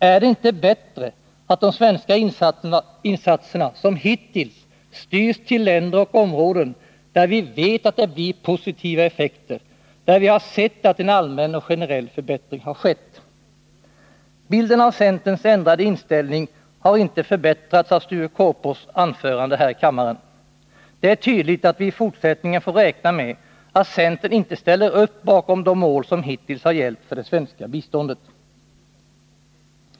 Är det inte bättre att de svenska insatserna som hittills styrs till länder och områden där vi vet att det blir positiva effekter, där vi har sett att en allmän och generell förbättring har skett? Bilden av centerns ändrade inställning har inte förbättrats i och med Sture Korpås anförande här i kammaren. Det är tydligt att vi i fortsättningen får räkna med att centern inte ställer sig bakom de mål som hittills har gällt för det svenska biståndet.